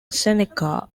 seneca